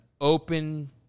open